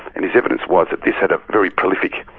and his evidence was that this had a very prolific